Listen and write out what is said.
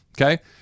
Okay